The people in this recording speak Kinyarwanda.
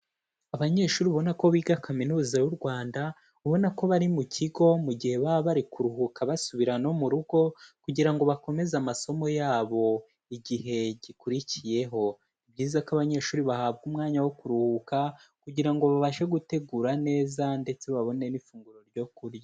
Abanyeshuri ubona ko biga Kaminuza y'u Rwanda, ubona ko bari mu kigo mu gihe baba bari kuruhuka basubira no mu rugo kugira ngo bakomeze amasomo yabo igihe gikurikiyeho, ni byiza ko abanyeshuri bahabwa umwanya wo kuruhuka kugira ngo babashe gutegura neza ndetse babone n'ifunguro ryo kurya.